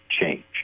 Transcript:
change